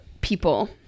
people